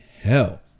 hell